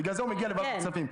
בגלל זה הוא מגיע לוועדת הכספים,